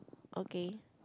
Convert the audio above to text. okay